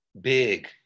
big